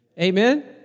Amen